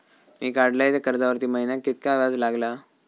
मी काडलय त्या कर्जावरती महिन्याक कीतक्या व्याज लागला?